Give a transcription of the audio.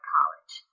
College